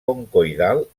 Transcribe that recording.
concoidal